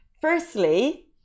Firstly